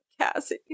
Cassie